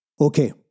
Okay